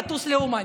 לטוס לאומן.